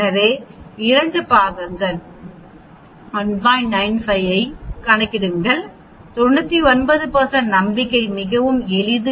எனவே 2 பாகங்கள் 1 95 ஐக் கணக்கிடுகிறது 99 நம்பிக்கை மிகவும் எளிது